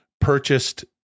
Purchased